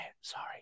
sorry